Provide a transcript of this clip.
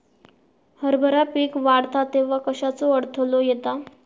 हरभरा पीक वाढता तेव्हा कश्याचो अडथलो येता?